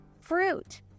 fruit